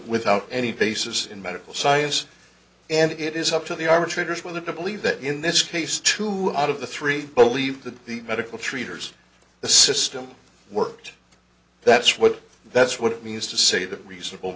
without any basis in medical science and it is up to the arbitrator's whether to believe that in this case two out of the three believe that the medical treaters the system worked that's what that's what it means to say that reasonable